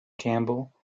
campbell